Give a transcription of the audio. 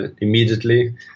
immediately